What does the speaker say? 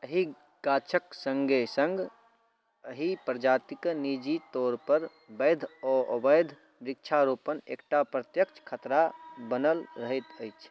एहि गाछक सङ्गे सङ्ग एहि प्रजातिक निजी तौर पर वैध ओ अवैध वृक्षारोपण एकटा प्रत्यक्ष खतरा बनल रहैत अछि